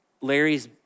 Larry's